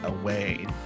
away